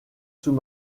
sous